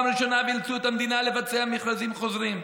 ראשונה ואילצו את המדינה לבצע מכרזים חוזרים.